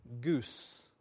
goose